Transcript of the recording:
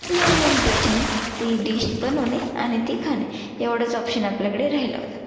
नवीन टचने ती डिश बनवणे आणि ती खाणे एवढंच ऑप्शन आपल्याकडे राहिला होता